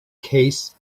case